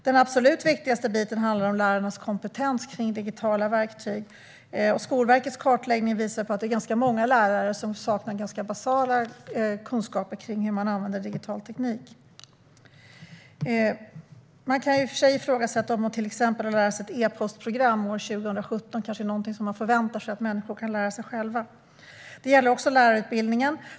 Den absolut viktigaste biten handlar om lärarnas kompetens inom digitala verktyg, och Skolverkets kartläggning visar att det är ganska många lärare som saknar rätt basala kunskaper i hur digital teknik används. Man kan i och för sig fråga sig om man kanske, år 2017, kan förvänta sig att människor ska kunna lära sig att använda ett e-postprogram själva. Det gäller också lärarutbildningen.